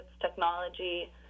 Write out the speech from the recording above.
technology